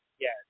Yes